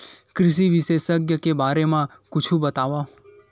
कृषि विशेषज्ञ के बारे मा कुछु बतावव?